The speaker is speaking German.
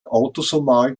autosomal